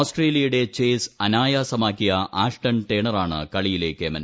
ഓസ്ട്രേലിയയുടെ ചേസ് അനായസമാക്കിയ ആഷ്ടൺ ടേണറാണ് കളിയിലെ കേമൻ